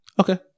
Okay